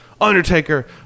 Undertaker